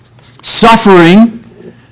Suffering